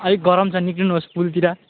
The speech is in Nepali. अलिक गरम छ निस्किनुहोस् पुलतिर